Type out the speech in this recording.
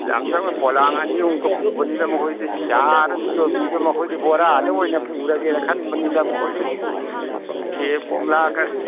ꯑꯁ ꯌꯥꯝ ꯆꯪꯉꯣꯏ ꯄꯣꯂꯥꯡ ꯑꯅꯤꯍꯨꯝꯀ ꯄꯨꯕꯅꯤꯗ ꯃꯈꯣꯏꯗꯤ ꯌꯥꯔꯗꯤ ꯌꯨꯕꯤꯗꯣ ꯃꯈꯣꯏꯗꯤ ꯕꯣꯔꯥꯗ ꯑꯣꯏꯅ ꯄꯨꯔꯒꯦꯅ ꯈꯟꯕꯅꯤꯗ ꯃꯈꯣꯏꯗꯤ ꯁꯦꯕ ꯀꯣꯝꯂꯥ ꯀꯔꯁꯦ